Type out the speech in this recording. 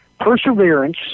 perseverance